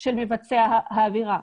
של מבצע העבירה.